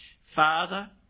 Father